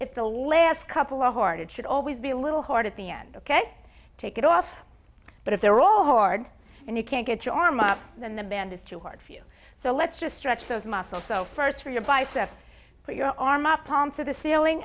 if the last couple of hearted should always be a little hard at the end ok take it off but if they're all hard and you can't get your arm up then the band is too hard for you so let's just stretch those muscles so first for your biceps put your arm up onto the ceiling